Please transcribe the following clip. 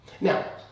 Now